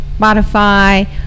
Spotify